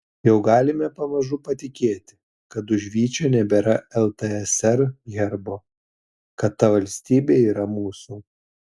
jau galime pamažu patikėti kad už vyčio nebėra ltsr herbo kad ta valstybė yra mūsų